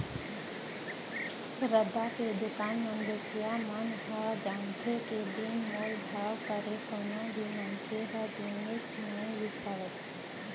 रद्दा के दुकान म बेचइया मन ह जानथे के बिन मोल भाव करे कोनो भी मनखे ह जिनिस नइ बिसावय